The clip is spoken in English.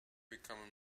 become